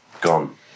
Gone